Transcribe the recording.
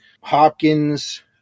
Hopkins